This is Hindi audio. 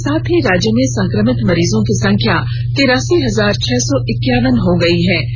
इसके साथ ही राज्य में सं क्र मित मरीजों की संख्या तिरासी हजार छह सौ इक्यावन हो गयी है